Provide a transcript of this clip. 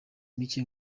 mike